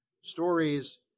stories